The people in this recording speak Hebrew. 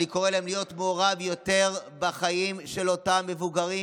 אני קורא להיות מעורב יותר בחיים של אותם המבוגרים,